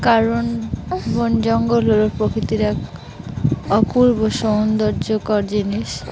কারণ বন জঙ্গল হল প্রকৃতির এক অপূর্ব সৌন্দর্যকর জিনিস